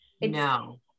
No